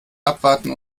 abwarten